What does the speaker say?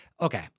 Okay